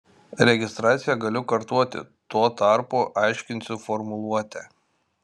registraciją galiu kartoti tuo tarpu aiškinsiu formuluotę